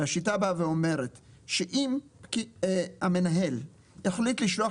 השיטה באה ואומרת שאם מנהל החליט לשלוח